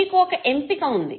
మీకు ఒక ఎంపిక వుంది